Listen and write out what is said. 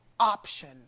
option